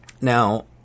Now